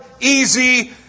easy